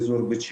באזור בית שמש.